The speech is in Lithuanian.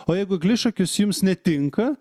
o jeigu eglišakis jums netinka